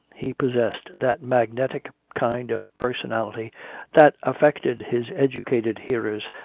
he possessed that magnetic kind of personality that affected his educated hearers,